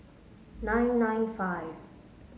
nine nine five